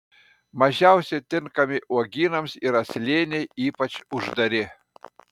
mažiausiai tinkami uogynams yra slėniai ypač uždari